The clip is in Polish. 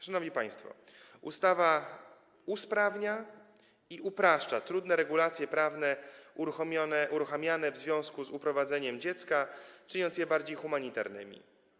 Szanowni państwo, ustawa usprawnia i upraszcza trudne regulacje prawne uruchamiane w związku z uprowadzeniem dziecka, czyniąc je bardziej humanitarnymi.